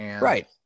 Right